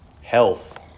health